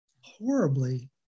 horribly